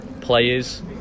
Players